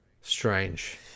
strange